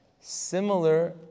similar